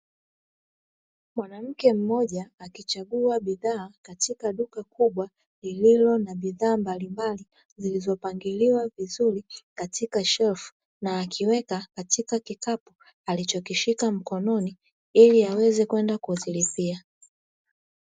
Mwanamke mmoja akichagua bidhaa katika duka kubwa, lililo na bidhaa mbalimbali zilizopangiliwa vizuri katika shelfu na akiweka vizuri katika kikapu alichokishika mkononi ili aweze kwenda kuzilipia.